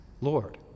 Lord